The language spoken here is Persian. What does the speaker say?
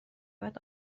باید